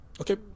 Okay